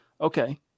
Okay